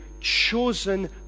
chosen